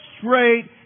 straight